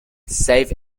safe